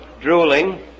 drooling